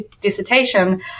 dissertation